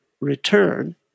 return